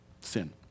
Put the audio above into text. sin